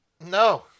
no